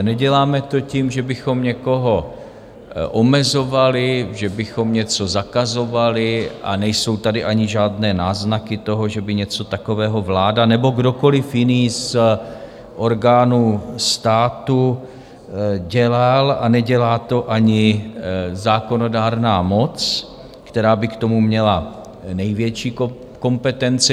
Neděláme to tím, že bychom někoho omezovali, že bychom něco zakazovali, a nejsou tady ani žádné náznaky toho, že by něco takového vláda nebo kdokoliv jiný z orgánů státu dělal, a nedělá to ani zákonodárná moc, která by k tomu měla největší kompetence.